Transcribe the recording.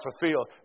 fulfilled